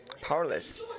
powerless